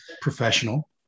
professional